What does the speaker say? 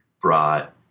brought